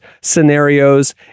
scenarios